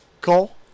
Cole